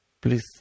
Please